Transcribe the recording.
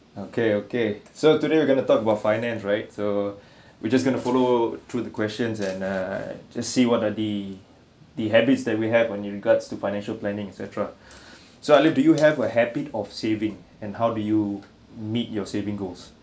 okay okay so today we're going to talk about finance right so we just going to follow through the questions and err just see what are the the habits that we have on your regards to financial planning etcetera so alif do you have a habit of saving and how did you meet your saving goals